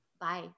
Bye